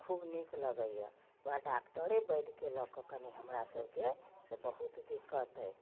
खूब नीक लगैये डॉक्टरे वैद्यके लअ कऽ कनी हमरा सबके से बहुत दिक्कत अइ